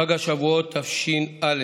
חג השבועות תש"א,